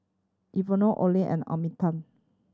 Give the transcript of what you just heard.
Ivonne Olen and Arminta